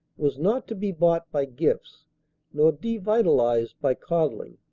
was not to be bought by gifts nor devitalised by coddling.